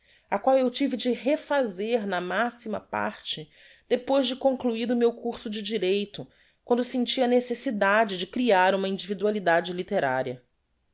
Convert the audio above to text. a qual eu tive de refazer na maxima parte depois de concluido o meu curso de direito quando senti a necessidade de crear uma individualidade litteraria